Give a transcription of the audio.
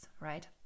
right